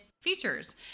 features